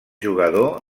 jugador